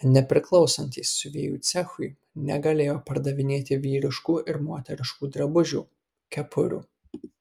nepriklausantys siuvėjų cechui negalėjo pardavinėti vyriškų ir moteriškų drabužių kepurių